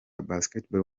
basketball